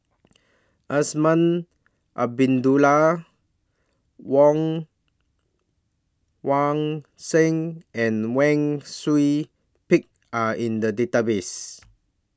Azman Abdullah Woon Wah Siang and Wang Sui Pick Are in The Database